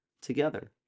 together